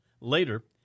later